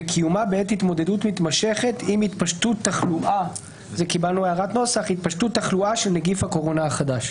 וקיומה בעת התמודדות מתמשכת עם התפשטות תחלואה של נגיף הקורונה החדש.